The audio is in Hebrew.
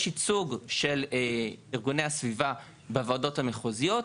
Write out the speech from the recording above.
ייצוג של ארגוני הסביבה בוועדות המחוזיות,